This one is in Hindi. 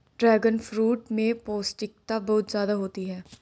ड्रैगनफ्रूट में पौष्टिकता बहुत ज्यादा होती है